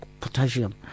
potassium